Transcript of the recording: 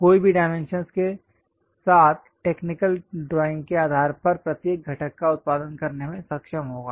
कोई भी डाइमेंशंस के साथ टेक्निकल ड्राइंग के आधार पर प्रत्येक घटक का उत्पादन करने में सक्षम होगा